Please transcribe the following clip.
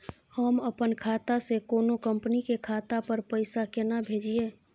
हम अपन खाता से कोनो कंपनी के खाता पर पैसा केना भेजिए?